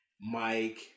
Mike